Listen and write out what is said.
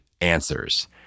answers